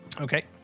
Okay